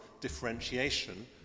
differentiation